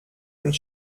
und